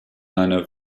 einer